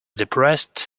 depressed